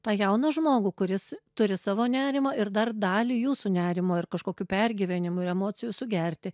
tą jauną žmogų kuris turi savo nerimą ir dar dalį jūsų nerimo ir kažkokių pergyvenimų ir emocijų sugerti